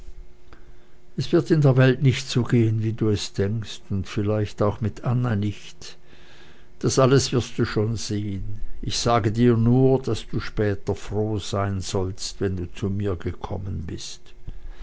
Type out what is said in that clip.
es wird in der welt nicht so gehen wie du es denkst und vielleicht auch mit anna nicht das alles wirst du schon sehen ich sage dir nur daß du später froh sein sollst wenn du zu mir gekommen bist